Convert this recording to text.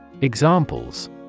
Examples